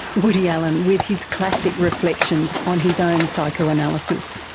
woody allen with his classic reflections on his own psychoanalysis.